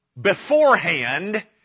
beforehand